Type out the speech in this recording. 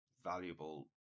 valuable